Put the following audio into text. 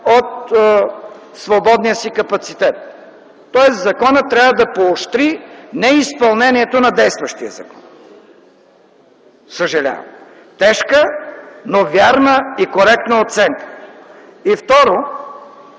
от свободния си капацитет. Тоест законът трябва да поощри неизпълнението на действащия закон. Съжалявам - тежка, но вярна и коректна оценка. И второ,